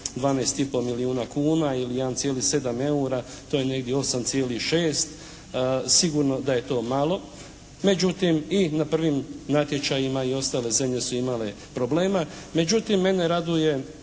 12,5 milijuna kuna ili 1,7 eura to je negdje 8,6. Sigurno da je to malo, međutim i na prvim natječajima i ostale zemlje su imale problema. Međutim mene raduje